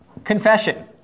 Confession